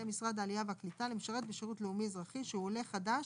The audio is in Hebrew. משרד העלייה והקליטה למשרת בשירות לאומי־אזרחי שהוא עולה חדש